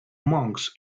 monks